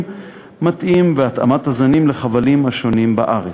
מתאים והתאמת הזנים לחבלים השונים בארץ.